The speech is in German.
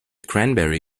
cranberry